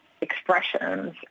expressions